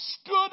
stood